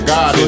God